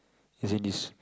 isn't this